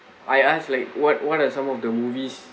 I asked like what what're some of the movies